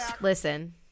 Listen